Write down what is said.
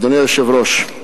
אדוני היושב-ראש,